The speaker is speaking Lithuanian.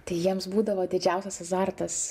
tai jiems būdavo didžiausias azartas